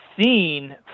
seen